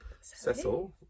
Cecil